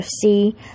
see